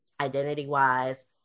identity-wise